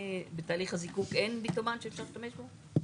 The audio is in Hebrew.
בתהליך הזיקוק אין ביטומן שאפשר להשתמש בו?